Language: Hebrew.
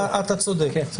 אתה צודק.